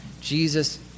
Jesus